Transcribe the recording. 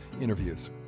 interviews